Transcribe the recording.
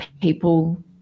people